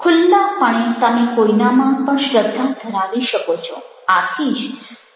ખુલ્લાપણે તમે કોઈનામાં પણ શ્રદ્ધા ધરાવી શકો છો